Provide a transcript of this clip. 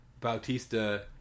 Bautista